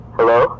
Hello